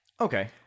okay